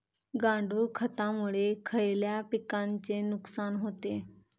गांडूळ खतामुळे खयल्या पिकांचे नुकसान होते?